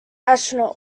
astronaut